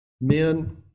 Men